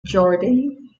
jordan